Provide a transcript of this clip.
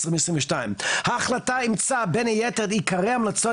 2022. ההחלטה אימצה בין היתר את עיקרי ההמלצות